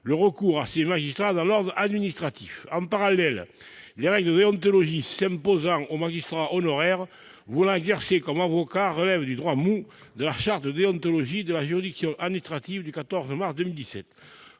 le recours à ces magistrats dans l'ordre administratif. En parallèle, les règles de déontologie s'imposant aux magistrats honoraires voulant exercer comme avocat relèvent du « droit mou » de la charte de déontologie de la juridiction administrative du 14 mars 2017.